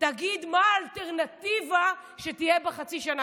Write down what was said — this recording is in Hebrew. תגיד מה האלטרנטיבה שתהיה בחצי השנה.